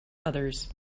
others